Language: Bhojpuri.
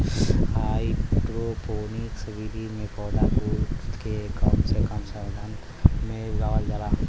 हाइड्रोपोनिक्स विधि में पौधा कुल के कम से कम संसाधन में उगावल जाला